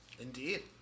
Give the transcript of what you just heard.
Indeed